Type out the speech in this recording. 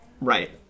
right